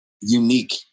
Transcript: unique